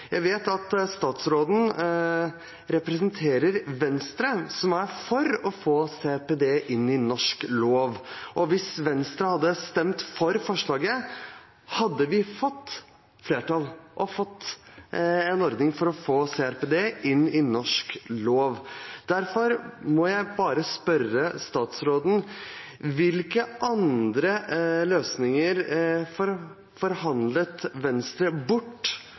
Jeg vet at statsråden representerer Venstre, som er for å få CRPD inn i norsk lov. Hvis Venstre hadde stemt for forslaget, hadde vi fått flertall og fått en ordning for å få CRPD inn i norsk lov. Derfor må jeg spørre statsråden: Hvilke andre løsninger forhandlet Venstre bort?